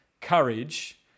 courage